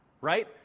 right